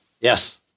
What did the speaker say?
Yes